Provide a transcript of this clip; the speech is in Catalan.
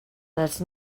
les